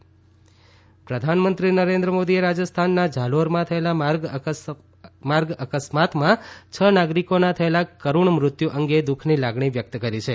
રાજસ્થાન અકસ્માત પ્રધાનમંત્રી નરેન્દ્ર મોદીએ રાજસ્થાનના ઝાલોરમાં થયેલા માર્ગ અકસ્માતમાં છ નાગરિકોના થયેલા કરૂણ મૃત્યુ અંગે દુઃખની લાગણી વ્યક્ત કરી છે